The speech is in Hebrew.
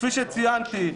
כפי שציינתי,